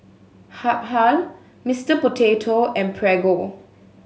Habhal Mister Potato and Prego